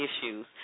issues